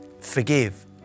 forgive